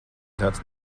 tāds